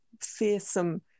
fearsome